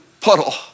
puddle